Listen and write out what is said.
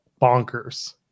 bonkers